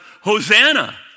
Hosanna